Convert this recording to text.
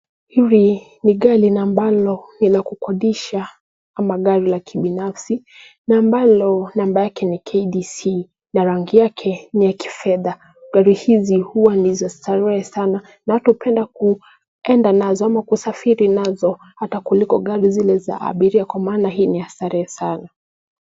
Hili ni gari na ambalo ni la kukodisha ama gari la kibinafsi. Na ambalo namba yake ni KDC na rangi yake ni ya kifedha. Gari hizi huwa ni za starehe sana na hata upenda kuenda nazo ama kusafiri nazo hata kuliko gari zile za abiria kwa maana hii ni ya starehe sana.